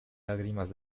lágrimas